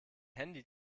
handy